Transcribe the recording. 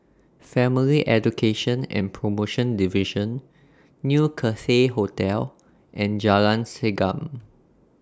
Family Education and promotion Division New Cathay Hotel and Jalan Segam